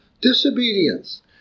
disobedience